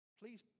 please